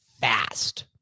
fast